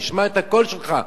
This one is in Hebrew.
נשמע את הקול שלך.